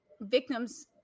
victims